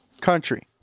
country